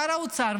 שר האוצר,